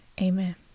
amen